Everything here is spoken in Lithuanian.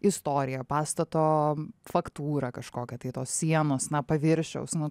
istoriją pastato faktūrą kažkokią tai tos sienos na paviršiaus nu